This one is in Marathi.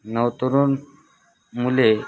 नवतरूण मुले